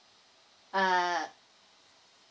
err